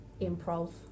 improv